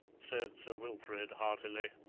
said sir wilfrid heartily.